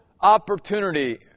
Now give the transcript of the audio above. opportunity